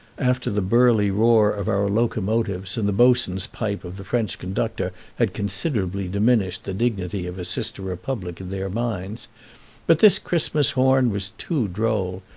after the burly roar of our locomotives and the boatswain's pipe of the french conductor had considerably diminished the dignity of a sister republic in their minds but this christmas-horn was too droll.